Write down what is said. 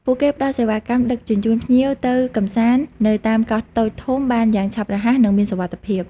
ពួកគេផ្តល់សេវាកម្មដឹកជញ្ជូនភ្ញៀវទៅកម្សាន្តនៅតាមកោះតូចធំបានយ៉ាងឆាប់រហ័សនិងមានសុវត្ថិភាព។